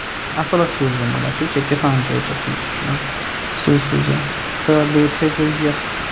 اَصٕل اکھ سوٗزیو مَگر کِسان کیچ اَپ یُس چھُ سُے سوٗزیو تہٕ بیٚیہِ تھٲے زیو یَتھ